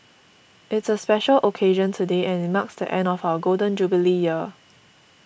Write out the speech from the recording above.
it's a special occasion today and it marks the end of our Golden Jubilee year